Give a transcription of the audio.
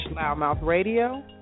LoudMouthRadio